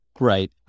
Right